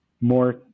more